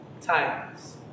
Times